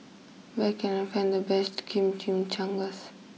where can I find the best Chimichangas